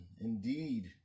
indeed